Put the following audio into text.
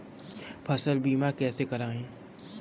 फसल बीमा कैसे कराएँ?